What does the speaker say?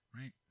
Right